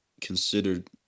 considered